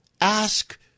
ask